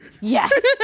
Yes